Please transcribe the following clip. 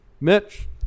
Mitch